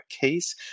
case